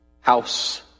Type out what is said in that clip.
house